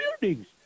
buildings